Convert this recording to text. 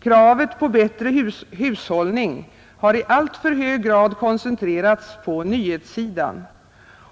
Kravet på bättre hushållning har i alltför hög grad koncentrerats på nyhetssidan,